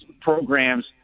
programs